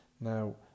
Now